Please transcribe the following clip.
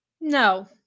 no